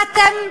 טוב,